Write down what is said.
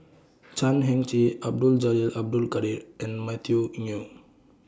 Chan Heng Chee Abdul Jalil Abdul Kadir and Matthew